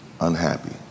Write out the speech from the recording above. unhappy